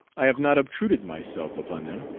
i have not obtruded myself upon them,